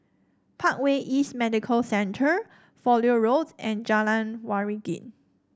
Parkway East Medical Center Fowlie Road and Jalan Waringin